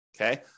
okay